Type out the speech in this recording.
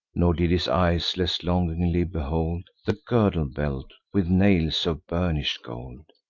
nor did his eyes less longingly behold the girdle-belt, with nails of burnish'd gold.